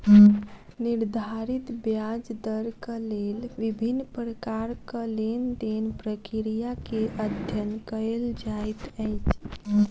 निर्धारित ब्याज दरक लेल विभिन्न प्रकारक लेन देन प्रक्रिया के अध्ययन कएल जाइत अछि